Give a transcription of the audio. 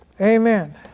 amen